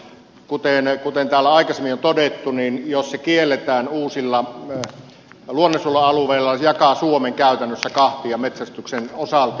kuten täällä aikaisemmin on todettu jos se kielletään uusilla luonnonsuojelualueilla se jakaa suomen käytännössä kahtia metsästyksen osalta